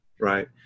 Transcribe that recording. Right